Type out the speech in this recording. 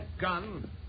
gun